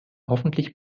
hoffentlich